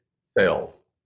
sales